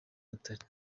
butare